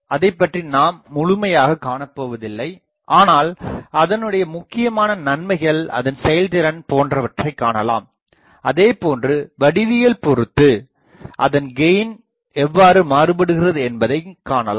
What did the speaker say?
அதைப்பற்றி நாம் முழுமையாகக் காணப்போவதில்லை ஆனால் அதனுடைய முக்கியமான நன்மைகள் அதன் செயல்திறன் போன்றவற்றைக் காணலாம் அதேபோன்று வடிவியல்பொருத்து அதன்கெயின் எவ்வாறு மாறுபடுகிறது என்பதைக் காணலாம்